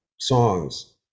songs